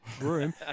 room